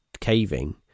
caving